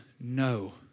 No